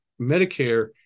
Medicare